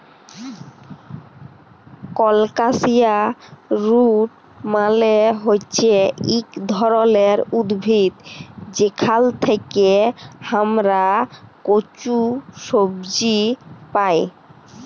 colocasia root মালে হচ্যে ইক ধরলের উদ্ভিদ যেখাল থেক্যে হামরা কচু সবজি পাই